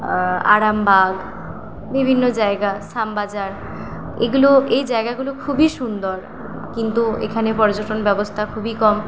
আরামবাগ বিভিন্ন জায়গা শ্যামবাজার এগুলো এই জায়গাগুলো খুবই সুন্দর কিন্তু এখানে পর্যটন ব্যবস্থা খুবই কম